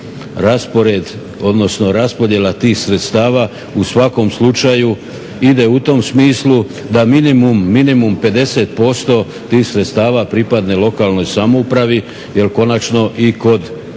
raspored, odnosno raspodjela tih sredstava u svakom slučaju ide u tom smislu da minimum 50% tih sredstava pripadne lokalnoj samoupravi jer konačno i kod